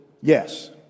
yes